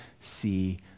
see